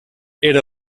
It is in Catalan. era